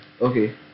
Okay